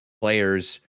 players